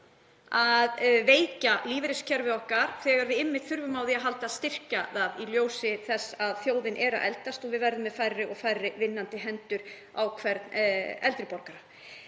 að veikja lífeyriskerfi okkar þegar við þurfum einmitt á því að halda að styrkja það, í ljósi þess að þjóðin er að eldast og við verðum með færri og færri vinnandi hendur á hvern eldri borgara.